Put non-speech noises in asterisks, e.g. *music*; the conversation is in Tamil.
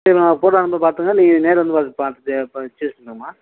சரிம்மா ஃபோட்டோ அனுப்புகிறேன் பார்த்துக்ங்க நீங்கள் நேராக வந்து *unintelligible*